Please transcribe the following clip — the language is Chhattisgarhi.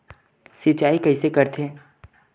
सिंचाई कइसे करथे?